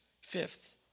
fifth